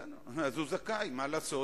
אז הוא זכאי, מה לעשות.